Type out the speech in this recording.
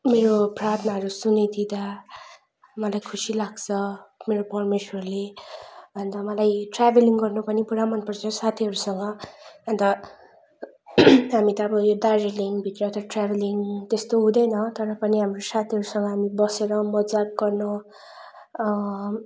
मेरो प्रार्थनाहरू सुनिदिँदा मलाई खुसी लाग्छ मेरो परमेश्वरले अन्त मलाई ट्राभलिङ गर्न पनि पुरा मन पर्छ साथीहरूसँग अन्त हामी त अब यो दार्जिलिङ भित्र त ट्राभलिङ त्यस्तो त हुँदैन तर पनि हाम्रो साथीहरूसँग हामी बसेर मजाक गर्न